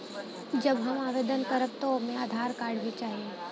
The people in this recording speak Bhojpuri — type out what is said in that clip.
जब हम आवेदन करब त ओमे आधार कार्ड भी चाही?